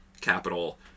capital